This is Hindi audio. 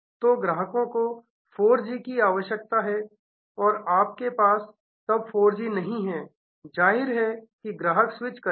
तो ग्राहको को 4 जी की आवश्यकता है और आपके पास तब 4 जी नहीं है जाहिर है ग्राहक स्विच करेगा